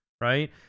right